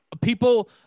people